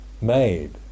made